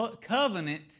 covenant